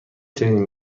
چنین